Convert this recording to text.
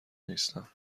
نیستم